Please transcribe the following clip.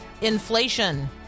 inflation